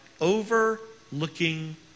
overlooking